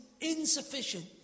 insufficient